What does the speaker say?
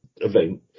event